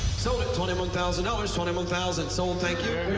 so it, twenty one thousand dollars, twenty one thousand, sold, thank you.